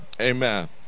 Amen